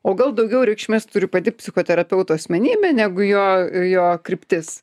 o gal daugiau reikšmės turi pati psichoterapeuto asmenybė negu jo jo kryptis